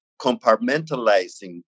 compartmentalizing